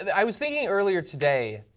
and i was thinking earlier today,